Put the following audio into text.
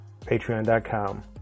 Patreon.com